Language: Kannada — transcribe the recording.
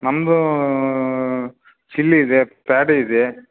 ನಮ್ಮದು ಚಿಲ್ಲಿ ಇದೆ ಪ್ಯಾಡಿ ಇದೆ